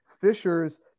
Fishers